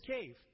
cave